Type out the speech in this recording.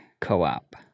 Co-op